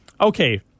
okay